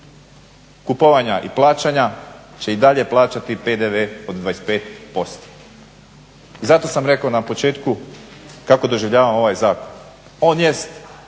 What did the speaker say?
kupovanja i plaćanja će i dalje plaćati PDV od 25%. Zato sam rekao na početku kako doživljavam ovaj zakon. On jest